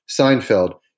Seinfeld